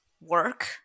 work